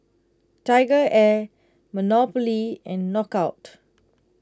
TigerAir Monopoly and Knockout